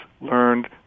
learned